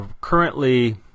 Currently